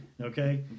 Okay